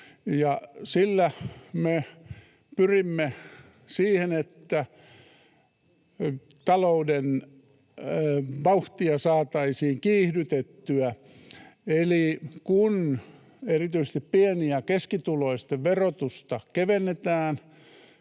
Sillä me pyrimme siihen, että talouden vauhtia saataisiin kiihdytettyä, eli kun erityisesti pieni‑ ja keskituloisten verotusta kevennetään,